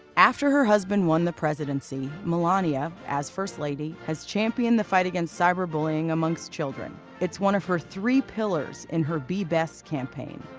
after her husband won the presidency, melania, as first lady, has championed the fight against cyber bullying amongst children. it's one of her three pillars in her be best campaign.